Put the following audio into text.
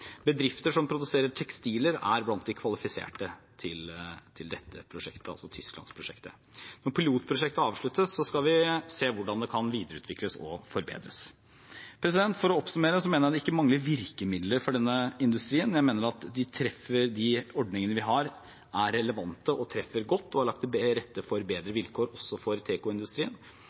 Bedrifter som produserer tekstiler, er blant de kvalifiserte til dette prosjektet, altså Tysklandsprosjektet. Når pilotprosjektet avsluttes, skal vi se hvordan det kan videreutvikles og forbedres. For å oppsummere: Jeg mener at det ikke mangler virkemidler for denne industrien, og jeg mener at de treffer, at de ordningene vi har, er relevante og treffer godt, og at vi har lagt til rette for bedre vilkår også for